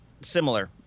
similar